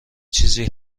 چیزی